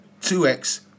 2X